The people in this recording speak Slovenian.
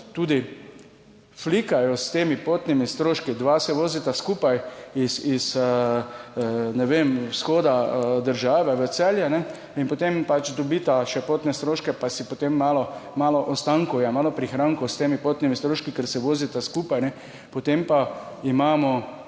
tudi flikajo s temi potniki, dva se vozita skupaj iz, ne vem, vzhoda države v Celje in potem pač dobita še potne stroške, pa si potem malo, malo ostankov je, malo prihrankov s temi potnimi stroški, ker se vozita skupaj. Potem pa imamo